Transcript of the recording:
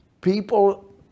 People